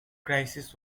crisis